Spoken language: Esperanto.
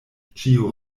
ĉiu